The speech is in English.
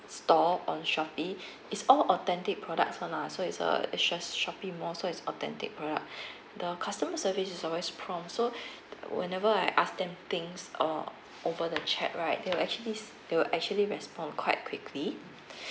store on Shopee is all authentic products one lah so it's uh it's just Shopee mall so is authentic product the customer service is always prompt so whenever I asked them things uh over the chat right they'll actually they will actually respond quite quickly